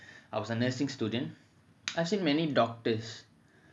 I was a nursing student I've seen many doctors